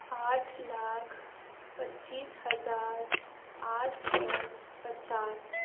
آٹھ لاکھ پچیس ہزار آٹھ سو پچاس